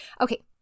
Okay